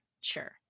sure